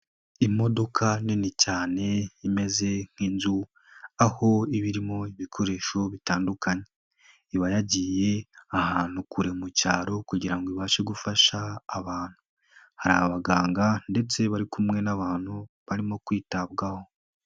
Imodoka nini cyane imeze nk'inzu aho iba irimo ibikoresho bitandukanye, iba yagiye ahantu kure mu cyaro kugira ibashe gufasha abantu. Hari abaganga ndetse bari kumwe n'abantu barimo kwitabwaho.